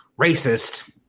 Racist